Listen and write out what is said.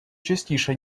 частіше